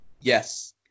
Yes